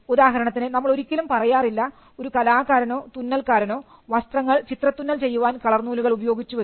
ഉദാഹരണത്തിന് നമ്മൾ ഒരിക്കലും പറയാറില്ല ഒരു കലാകാരനോ തുന്നൽക്കാരനോ വസ്ത്രങ്ങൾ ചിത്രത്തുന്നൽ ചെയ്യുവാൻ കളർ നൂലുകൾ ഉപയോഗിച്ചുവെന്ന്